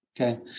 Okay